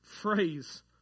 phrase